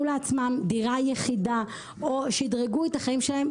לעצמם דירה יחידה או שדרגו את החיים שלהם,